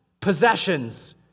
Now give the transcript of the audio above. possessions